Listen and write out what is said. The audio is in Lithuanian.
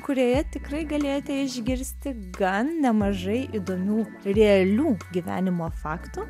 kurioje tikrai galėjote išgirsti gan nemažai įdomių realių gyvenimo faktų